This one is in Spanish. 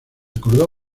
acordó